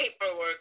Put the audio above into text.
paperwork